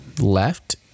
left